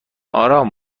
آرام